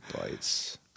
bites